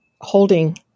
holding